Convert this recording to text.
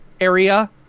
area